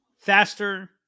faster